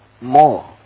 more